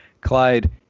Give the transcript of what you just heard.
Clyde